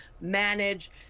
manage